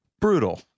Brutal